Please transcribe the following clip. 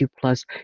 plus